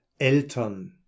Eltern